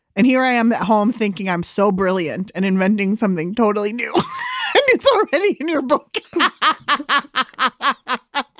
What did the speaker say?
and here i am at home thinking i'm so brilliant and inventing something totally new, and it's already in your book. i